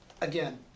again